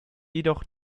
jedoch